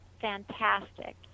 fantastic